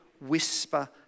whisper